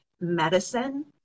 medicine